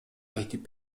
айтып